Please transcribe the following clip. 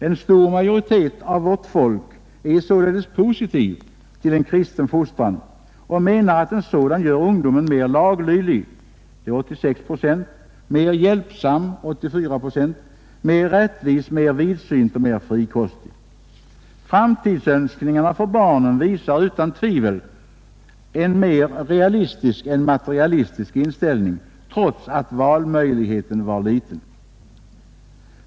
En stor majoritet av vårt folk är alltså positiv till en kristen fostran och anser att en sådan gör ungdomen mer laglydig — 86 procent —, mer hjälpsam — 84 procent —, mer rättvis, mer vidsynt och mer frikostig. Framtidsönskningarna för barnen visar utan tvivel en mer realistisk än materialistisk inställning, trots att valmöjligheten var liten.